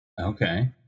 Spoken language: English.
Okay